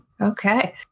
Okay